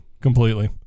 completely